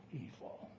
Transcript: evil